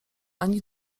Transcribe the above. ani